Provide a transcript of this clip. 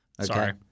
Sorry